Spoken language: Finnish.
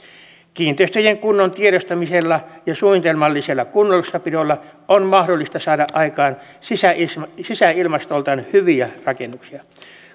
kiinteistöjen kunnon tiedostamisella ja suunnitelmallisella kunnossapidolla on mahdollista saada aikaan sisäilmastoltaan sisäilmastoltaan hyviä rakennuksia